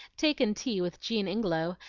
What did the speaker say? taken tea with jean ingelow,